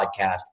podcast